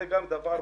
זה גם דבר מוחלט.